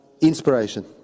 inspiration